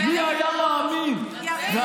בטלפון, בטלפון.